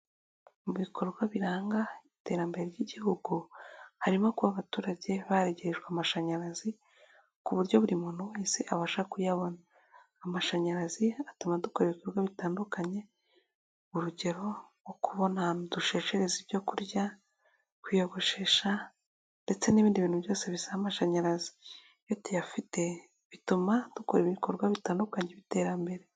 Mu bikorwa biranga iterambere ry'igihugu. Harimo kuba abaturage baregerejwe amashanyarazi ku buryo buri muntu wese abasha kuyabona. Amashanyarazi atuma dukora ibikorwa bitandukanye urugero nko kubona Aho dusheshereza ibyo kurya, kwiyogoshesha ndetse n'ibindi bintu byose bisaba amashanyarazi. Iyo tuyafite bituma dukora ibikorwa bitandukanye by'iterambere.